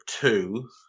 two